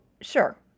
sure